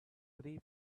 three